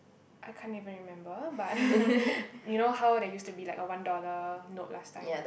I can't even remember but you know how there used to be like a one dollar note last time